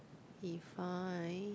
be fine